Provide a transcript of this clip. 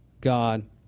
God